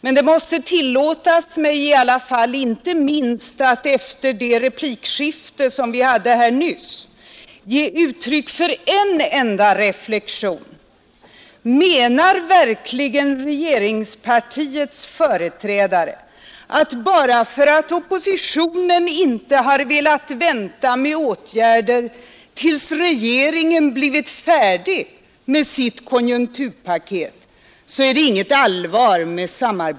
Men det måste i alla fall tillåtas mig — inte minst efter det senaste replikskiftet — att ge uttryck för en enda reflexion: Menar verkligen regeringspartiets företrädare att det inte är någon allvarlig avsikt med samarbetsviljan, bara därför att oppositionen inte velat vänta med åtgärder tills regeringspartiet blivit färdigt med sitt konjunkturpaket?